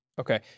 Okay